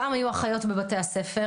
פעם היו אחיות בבתי הספר.